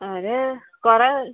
അത് കുറേ